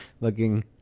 Looking